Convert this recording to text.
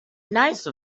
nice